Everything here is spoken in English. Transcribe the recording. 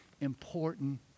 important